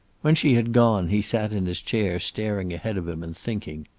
when she had gone he sat in his chair staring ahead of him and thinking.